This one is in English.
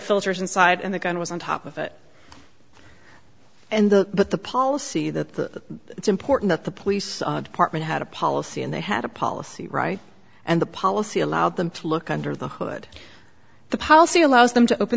filters inside and the gun was on top of it and the but the policy that the it's important that the police department had a policy and they had a policy right and the policy allowed them to look under the hood the policy allows them to open